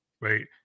Right